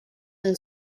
and